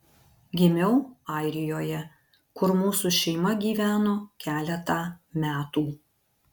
gimiau airijoje kur mūsų šeima gyveno keletą metų